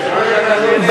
שלא יהיה לכם שום ספק,